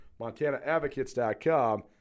MontanaAdvocates.com